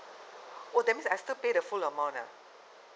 oh that means I still pay the full amount ah